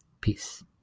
Peace